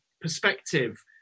perspective